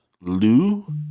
Lou